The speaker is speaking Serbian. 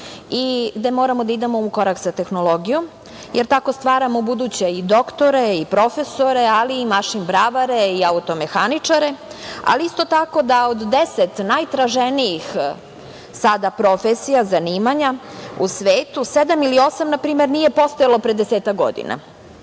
i da moramo da idemo u korak sa tehnologijom, jer tako stvaramo buduće i doktore i profesore, ali i mašin-bravare o automehaničare, ali isto tako da od deset najtraženijih sada profesija, zanimanja u svetu, sedam ili osam nije postojalo pre desetak godina.